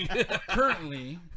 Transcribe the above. currently